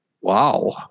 Wow